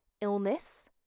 illness